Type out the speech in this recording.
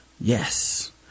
Yes